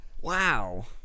Wow